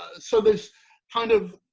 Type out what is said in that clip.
so this kind of.